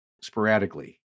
sporadically